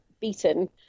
beaten